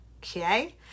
okay